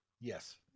Yes